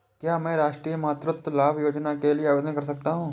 क्या मैं राष्ट्रीय मातृत्व लाभ योजना के लिए आवेदन कर सकता हूँ?